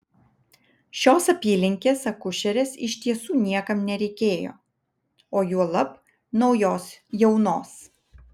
šios apylinkės akušerės iš tiesų niekam nereikėjo o juolab naujos jaunos